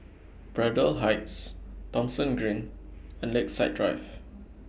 Braddell Heights Thomson Green and Lakeside Drive